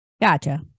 Gotcha